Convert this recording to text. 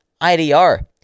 IDR